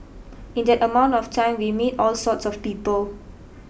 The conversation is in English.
in that amount of time we meet all sorts of people